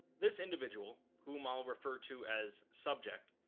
this individual, whom i'll refer to as subject,